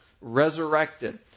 resurrected